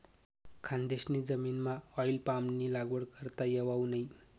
खानदेशनी जमीनमाऑईल पामनी लागवड करता येवावू नै